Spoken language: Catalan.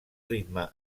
ritme